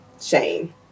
shane